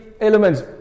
elements